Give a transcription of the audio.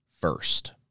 first